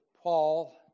Paul